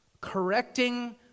Correcting